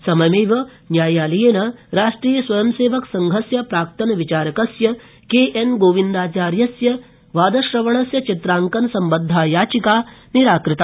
सममेव न्यायालयेन राष्ट्रियस्वयंसेवकसङ्घस्य प्राक्तन् विचारकस्य केजिगोविन्दाचार्यस्य वादश्रवणस्य चित्रांकनसम्बद्धा याचिका निराकृता